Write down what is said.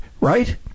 right